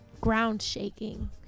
ground-shaking